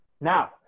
Now